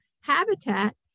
habitat